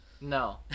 No